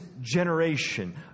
generation